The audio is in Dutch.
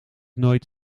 nooit